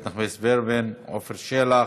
איילת נחמיאס ורבין, עפר שלח.